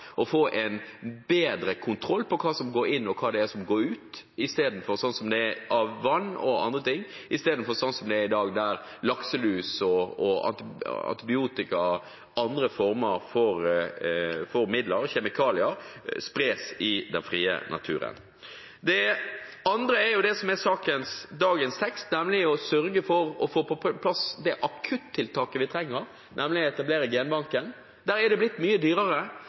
hva som går inn, og hva som går ut, av vann og annet, i stedet for – som det er i dag – at lakselus, antibiotika og andre former for midler og kjemikalier spres i den frie naturen. Det andre er det som er dagens tekst, nemlig å sørge for å få på plass det akuttiltaket vi trenger, å etablere genbanken. Det er blitt mye dyrere,